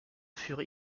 furent